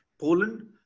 Poland